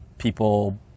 People